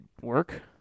work